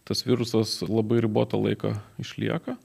tas virusas labai ribotą laiką išlieka